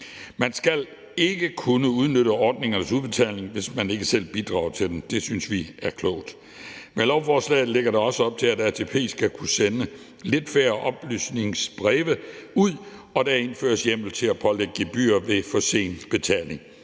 Man skal ikke kunne udnytte ordningernes udbetaling, hvis man ikke selv bidrager til dem. Det synes vi er klogt. Med lovforslaget lægges der også op til, at ATP skal kunne sende lidt færre oplysningsbreve ud, og der indføres hjemmel til at pålægge gebyr ved for sen betaling.